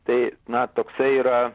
tai na toksai yra